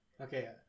Okay